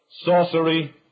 sorcery